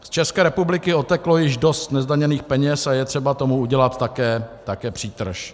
Z České republiky odteklo již dost nezdaněných peněz a je třeba tomu udělat také přítrž.